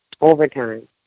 overtime